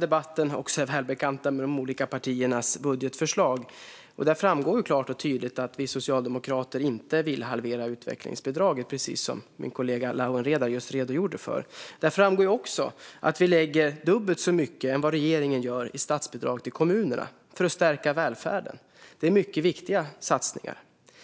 debatten är välbekanta med de olika partiernas budgetförslag. Där framgår klart och tydligt att vi socialdemokrater inte vill halvera utvecklingsbidraget, precis som min kollega Lawen Redar just redogjorde för. Där framgår också att vi lägger dubbelt så mycket som regeringen i statsbidrag till kommunerna för att stärka välfärden. Det är mycket viktiga satsningar.